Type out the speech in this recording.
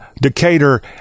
Decatur